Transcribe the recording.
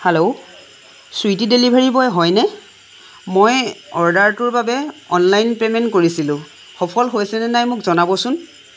hello Swiggy delivery বই হয়নে মই অৰ্ডাৰটোৰ বাবে অনলাইন পে'মেণ্ট কৰিছিলোঁ সফল হৈছেনে নাই মোক জনাবচোন